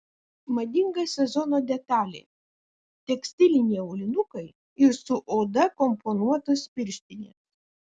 madinga sezono detalė tekstiliniai aulinukai ir su oda komponuotos pirštinės